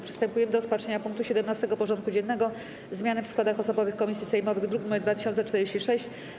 Przystępujemy do rozpatrzenia punktu 17. porządku dziennego: Zmiany w składach osobowych komisji sejmowych (druk nr 2046)